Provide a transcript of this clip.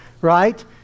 right